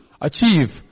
achieve